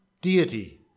deity